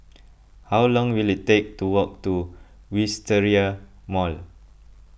how long will it take to walk to Wisteria Mall